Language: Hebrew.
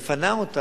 מפנה אותם,